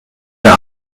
der